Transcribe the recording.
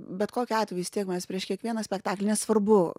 bet kokiu atveju vis tiek mes prieš kiekvieną spektaklį nesvarbu